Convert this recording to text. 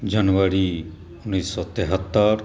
जनवरी उन्नैस सए तेहत्तरि